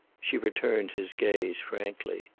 she returned his gaze frankly.